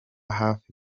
hafi